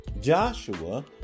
Joshua